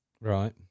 right